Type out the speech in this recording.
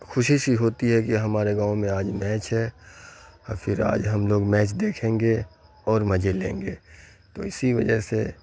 خوشی سی ہوتی ہے کہ ہمارے گاؤں میں آج میچ ہے اور پھر آج ہم لوگ میچ دیکھیں گے اور مزے لیں گے تو اسی وجہ سے